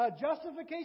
justification